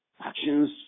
actions